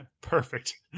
Perfect